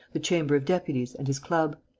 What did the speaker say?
the chamber of deputies and his club.